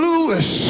Lewis